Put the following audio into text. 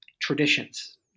traditions